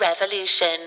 Revolution